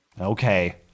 okay